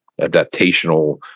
adaptational